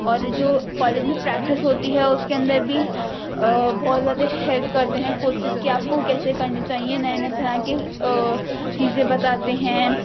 اور جو کالج میں پریکٹس ہوتی ہے اس کے اندر بھی بہت زیادہ ہیلپ کرتے ہیں کوچیز کے آپ کو کیسے کرنے چاہیں نئے نئے طرح کے چیزیں بتاتے ہیں